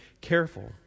careful